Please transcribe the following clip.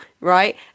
right